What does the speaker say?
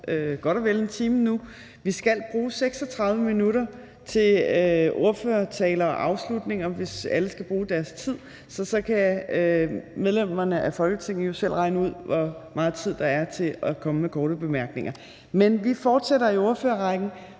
vi skal bruge 36 minutter til ordførertaler og afslutninger, hvis alle skal bruge deres tid. Så kan medlemmerne af Folketinget jo selv regne ud, hvor meget tid der er til at komme med korte bemærkninger. Men vi fortsætter i ordførerrækken,